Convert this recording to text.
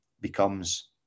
becomes